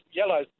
yellow